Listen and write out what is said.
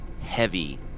heavy